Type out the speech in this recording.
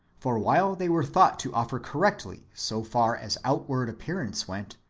for. while they were thought to offer correctly so far as outward appearance went,